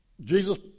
Jesus